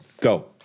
Go